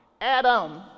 Adam